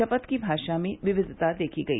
शपथ की भाषा में विविधता देखी गई